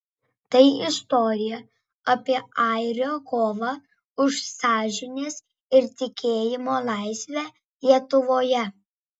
tai istorija apie airio kovą už sąžinės ir tikėjimo laisvę lietuvoje